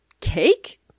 cake